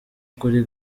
kuri